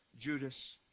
Judas